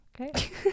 Okay